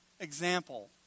example